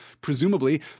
presumably